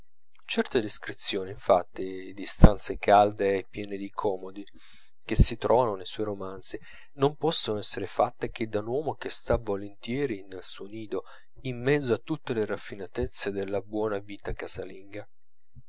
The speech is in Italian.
certe descrizioni infatti di stanze calde e piene di comodi che si trovano nei suoi romanzi non possono essere fatte che da un uomo che sta volentieri nel suo nido in mezzo a tutte le raffinatezze della buona vita casalinga